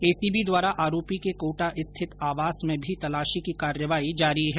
ACB द्वारा आरोपी के कोटा स्थित आवास में भी तलाशी की कार्रवाई जारी है